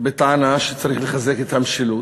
בטענה שצריך לחזק את המשילות.